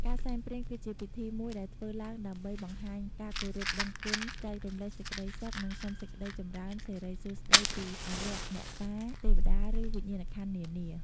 ការសែនព្រេនគឺជាពិធីមួយដែលធ្វើឡើងដើម្បីបង្ហាញការគោរពដឹងគុណចែករំលែកសេចក្តីសុខនិងសុំសេចក្តីចម្រើនសិរីសួស្តីពីអារក្សអ្នកតាទេវតាឬវិញ្ញាណក្ខន្ធនានា។